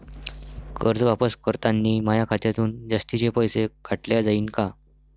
कर्ज वापस करतांनी माया खात्यातून जास्तीचे पैसे काटल्या जाईन का?